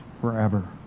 forever